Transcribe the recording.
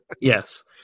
Yes